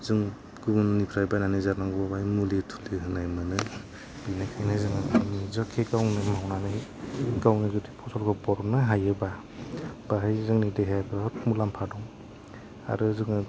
जों गुबुननिफ्राय बायनानै जानांगौब्ला मुलि तुलि होनाय मोनो बेनिखायनो जों निजेनो गावनो मावनानै गावनो जुदि फसलखौ बरननो हायोबा बेहाय जोंनि देहाया बिराद मुलाम्फा दं आरो जोङो